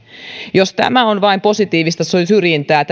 jos tämä ikäsyrjintä on vain positiivista syrjintää